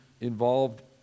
involved